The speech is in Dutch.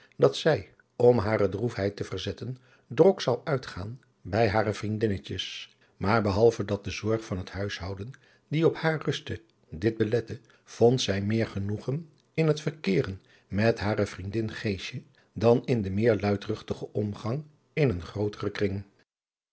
dat zij om hare droefheid te verzetten drok zou uitgaan bij hare vriendinnetjes maar behalve dat de zorg van het huishouden die op haar rustte dit belette vond zij meer genoegen in het verkeeren met hare vriendin geesadriaan loosjes pzn het leven van hillegonda buisman je dan in den meêr luidruchtigen omgang in een grooteren kring